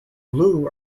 blue